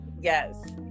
yes